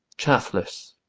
chaffless.